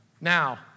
Now